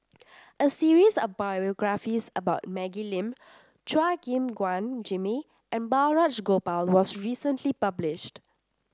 a series of biographies about Maggie Lim Chua Gim Guan Jimmy and Balraj Gopal was recently published